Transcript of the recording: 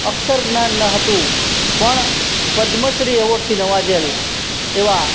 અક્ષર જ્ઞાન ન હતું પણ પદ્મશ્રી એવોર્ડથી નવાજેલ એવા